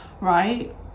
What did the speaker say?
right